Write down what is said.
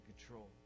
control